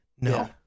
No